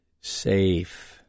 safe